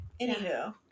Anywho